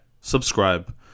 subscribe